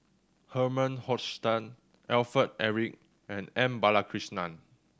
Herman Hochstadt Alfred Eric and M Balakrishnan